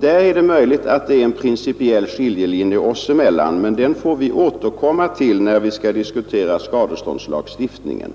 Det är möjligt att det på denna punkt finns en principiell skiljelinje mellan oss, men vi får återkomma till den när vi skall diskutera skadeståndslagstiftningen.